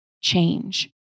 change